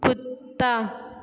कुत्ता